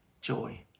joy